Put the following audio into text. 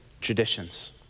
traditions